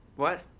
what?